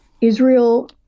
Israel